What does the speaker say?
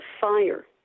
fire